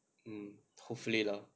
mm hopefully lah